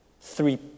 three